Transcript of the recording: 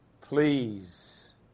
Please